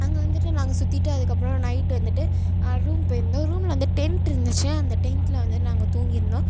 அங்கே வந்துட்டு நாங்கள் சுற்றிட்டு அதுக்கப்புறம் நைட் வந்துட்டு ரூம் போயிருந்தோம் ரூமில் வந்து டெண்ட் இருந்துச்சு அந்த டெண்டில் வந்து நாங்கள் தூங்கி இருந்தோம்